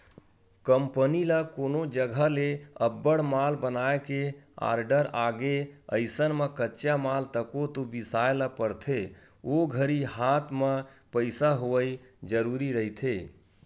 company ल कोनो जघा ले अब्बड़ माल बनाए के आरडर आगे अइसन म कच्चा माल तको तो बिसाय ल परथे ओ घरी हात म पइसा होवई जरुरी रहिथे